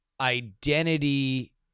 identity